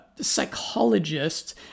psychologists